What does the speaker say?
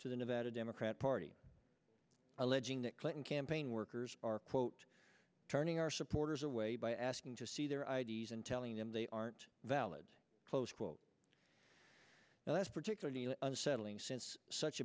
to the nevada democrat party alleging that clinton campaign workers are quote turning our supporters away by asking to see their i d s and telling them they aren't valid close quote and that's particularly unsettling since such